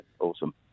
awesome